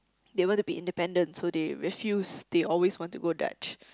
they want to be independent so they refuse they always want to go Dutch